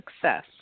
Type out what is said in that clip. success